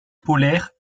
polaire